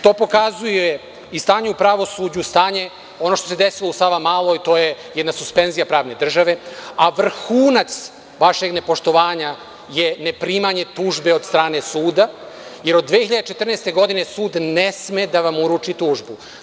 To pokazuje i stanje u pravosuđu, ono što se desilo u Sava Maloj, to je jedna suspenzija pravne države, a vrhunac vašeg nepoštovanja je ne primanje tužbe od strane suda, jer od 2014. godine sud ne sme da vam uruči tužbu.